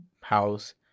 house